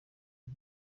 can